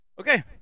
Okay